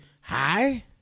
hi